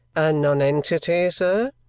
a nonentity, sir?